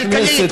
כלכלית,